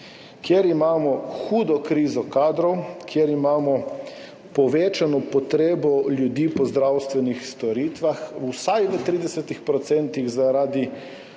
kjer imamo hudo krizo kadrov, kjer imamo povečano potrebo ljudi po zdravstvenih storitvah vsaj v 30 % zaradi